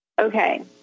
Okay